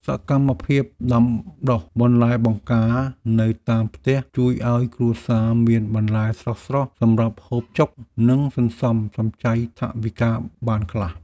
សកម្មភាពដាំដុះបន្លែបង្ការនៅតាមផ្ទះជួយឱ្យគ្រួសារមានបន្លែស្រស់ៗសម្រាប់ហូបចុក និងសន្សំសំចៃថវិកាបានខ្លះ។